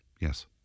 Yes